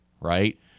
right